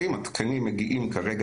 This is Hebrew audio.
אנחנו מדברים על השכיח